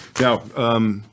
Now